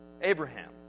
Abraham